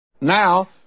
Now